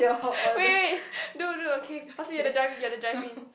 wait wait no no okay first thing you have to drive you have to drive in